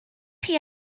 chi